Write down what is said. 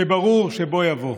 שברור שבוא יבוא.